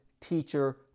teacher